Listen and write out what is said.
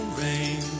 rain